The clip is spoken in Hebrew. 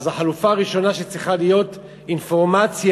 אז החלופה הראשונה שצריכה להיות, אינפורמציה,